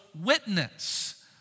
Witness